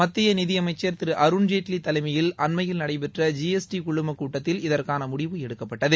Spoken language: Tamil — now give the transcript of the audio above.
மத்திய நிதியமைச்சா் திரு அருண் ஜேட்லி தலைமையில் அண்மையில் நடைபெற்ற ஜி எஸ் டி குழும கூட்டத்தில் இதற்கான முடிவு எடுக்கப்பட்டது